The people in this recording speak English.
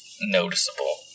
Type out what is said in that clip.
noticeable